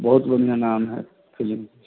बहुत बनिहा नाम है फिलिम के